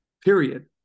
period